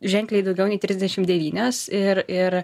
ženkliai daugiau nei trisdešimt devynios ir ir